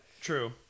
True